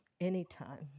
anytime